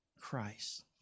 Christ